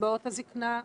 קצבאות הזקנה,